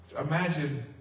Imagine